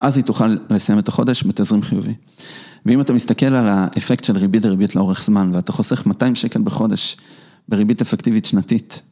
אז היא תוכל לסיים את החודש בתזרים חיובי. ואם אתה מסתכל על האפקט של ריבית דריבית לאורך זמן ואתה חוסך 200 שקל בחודש בריבית אפקטיבית שנתית.